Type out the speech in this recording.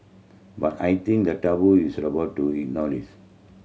but I think that taboo is about to